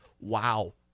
wow